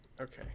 Okay